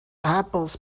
apples